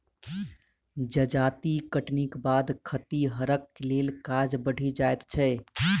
जजाति कटनीक बाद खतिहरक लेल काज बढ़ि जाइत छै